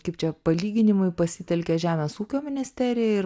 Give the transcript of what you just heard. kaip čia palyginimui pasitelkė žemės ūkio ministeriją ir